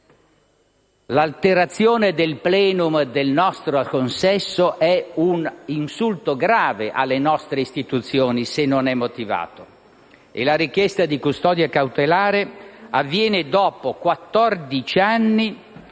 L'alterazione del *plenum* del nostro consesso è un insulto grave alle nostre istituzioni, se non è motivato, e la richiesta di custodia cautelare avviene dopo quattordici anni